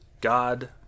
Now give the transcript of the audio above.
God